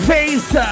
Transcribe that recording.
Face